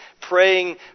praying